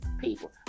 people